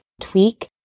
tweak